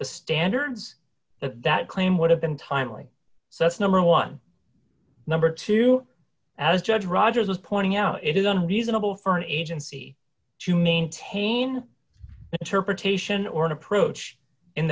the standards that claim would have been timely so it's number one number two as judge rogers was pointing out it isn't reasonable for an agency to maintain an interpretation or an approach in